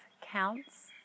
counts